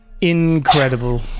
incredible